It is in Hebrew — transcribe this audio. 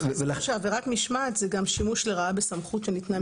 צריך לזכור שעבירת משמעת זה גם שימוש לרעה בסמכות שניתנה מתוקף התפקיד.